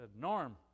Norm